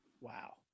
Wow